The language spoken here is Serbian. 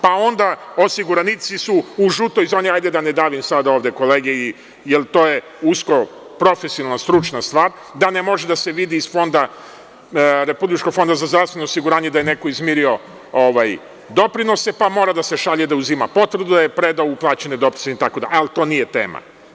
Pa onda, osiguranici su u žutoj zoni, ali da ne davim sada ovde kolege, jer to je usko profesionalna stručna stvar, da ne može da se vidi iz RFZO da je neko izmirio doprinose, pa mora da se šalje, da uzima potvrdu da je uplaćen doprinos itd, ali to nije tema.